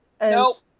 Nope